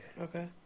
Okay